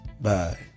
bye